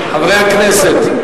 חברי הכנסת.